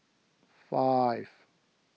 five